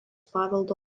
paveldo